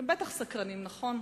אתם בטח סקרנים, נכון?